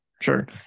Sure